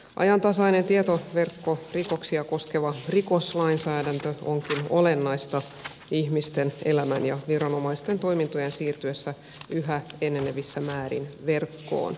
ajantasainen tietoverkkorikoksia koskeva rikoslainsäädäntö onkin olennainen ihmisten elämän ja viranomaisten toimintojen siirtyessä yhä enenevässä määrin verkkoon